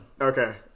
Okay